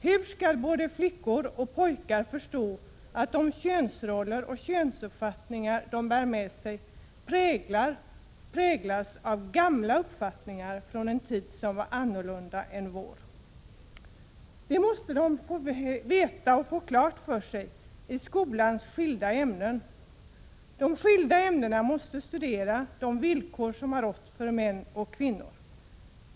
Hur skall både flickor och pojkar förstå att de könsroller och könsuppfattningar de bär med sig präglas av gamla uppfattningar från en tid som var annorlunda vår? Det måste de få veta och få klart för sig i skolans skilda ämnen. De måste i de skilda ämnena få studera de villkor som har rått för män och kvinnor.